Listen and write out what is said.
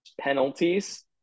penalties